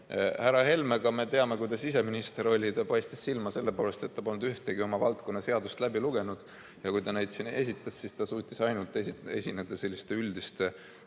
Härra Helme paistis siis, kui ta siseminister oli, silma selle poolest, et ta polnud ühtegi oma valdkonna seaduseelnõu läbi lugenud ja kui ta neid siin esitles, siis ta suutis ainult esineda selliste üldiste,